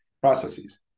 processes